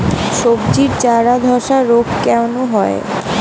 সবজির চারা ধ্বসা রোগ কেন হয়?